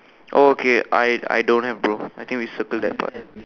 okay I I don't have bro I think we settle that part